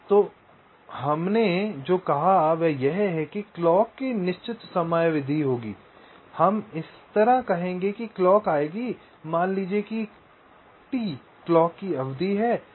तो हमने जो कहा वह यह है कि क्लॉक की निश्चित समयावधि होगी हम इस तरह कहेंगे कि क्लॉक आएगी मान लीजिए कि T क्लॉक की अवधि है